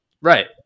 right